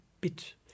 bit